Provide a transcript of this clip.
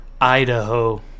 Idaho